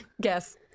Guess